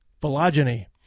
phylogeny